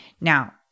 Now